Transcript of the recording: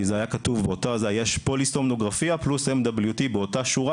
כי היה כתוב פוליסומנוגרפיה פלוס MWT באותה שורה,